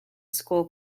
school